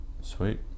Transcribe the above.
sweet